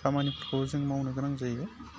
खामानिफोरखौ जों मावनो गोनां जायो